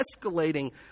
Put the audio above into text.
escalating